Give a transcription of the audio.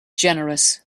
generous